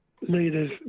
leaders